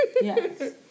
Yes